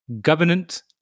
governance